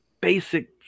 basic